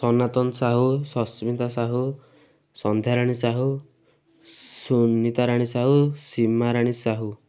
Sanatan Sahu Sasmita Sahu Sandhyarani Sahu Sunita Rani Sahu Simarani Sahu